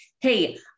Hey